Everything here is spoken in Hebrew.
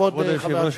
כבוד היושב-ראש,